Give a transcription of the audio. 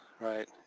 Right